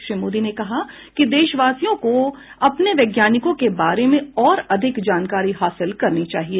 श्री मोदी ने कहा कि देशवासियों को अपने वैज्ञानिकों के बारे में और अधिक जानकारी हासिल करनी चाहिए